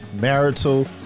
marital